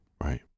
Right